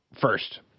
first